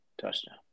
touchdown